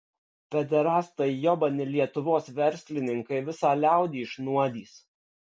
pederastai jobani lietuvos verslininkai visą liaudį išnuodys